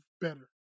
better